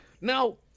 Now